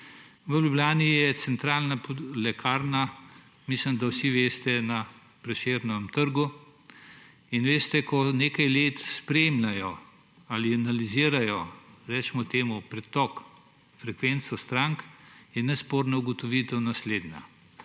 V Ljubljani je centralna lekarna, mislim, da vsi veste, na Prešernovem trgu. In veste, ko nekaj let spremljajo, analizirajo, recimo temu pretok, frekvenco strank, je nesporna ugotovitev naslednja.